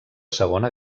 segona